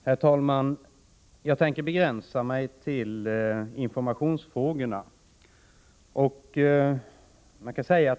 Herr talman! Jag tänker begränsa mig till informationsfrågorna.